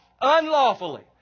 unlawfully